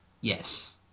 Yes